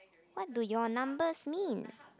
what do your numbers mean